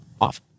off